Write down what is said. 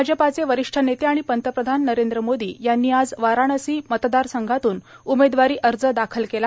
भाजपाचे वरिष्ठ नेते आणि पंतप्रधान नरेंद्र मोदी यांनी आज वाराणसी मतदारसंघातून उमेदवारी अर्ज दाखल केला